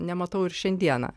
nematau ir šiandieną